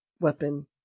weapon